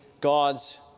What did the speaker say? God's